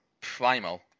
Primal